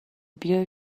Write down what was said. beer